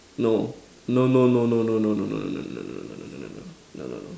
no no no no no no no no no no no no no no no no no no